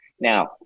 Now